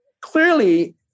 Clearly